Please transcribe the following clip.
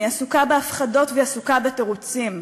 היא עסוקה בהפחדות והיא עסוקה בתירוצים.